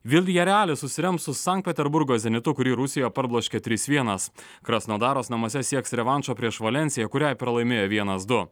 viljarelis susirems su sankt peterburgo zenitu kurį rusija parbloškė trys vienas krasnodaras namuose sieks revanšo prieš valensiją kuriai pralaimėjo vienas du